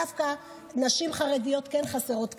דווקא נשים חרדיות כן חסרות כאן,